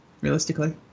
realistically